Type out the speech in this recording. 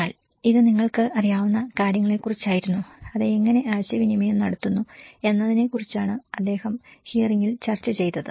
എന്നാൽ ഇത് നിങ്ങൾക്ക് അറിയാവുന്ന കാര്യങ്ങളെക്കുറിച്ചായിരുന്നു അത് എങ്ങനെ ആശയവിനിമയം നടത്തുന്നു എന്നതിനെക്കുറിച്ചാണ് അദ്ദേഹം ഹിയറിങ്ങിൽ ചർച്ച ചെയ്തത്